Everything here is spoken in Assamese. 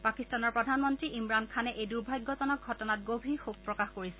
পাকিস্তানৰ প্ৰধানমন্ত্ৰী ইমৰাণ খানে এই দুৰ্ভাগ্যজনক ঘটনাত গভীৰ শোক প্ৰকাশ কৰিছে